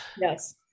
Yes